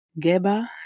Geba